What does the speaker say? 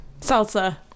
salsa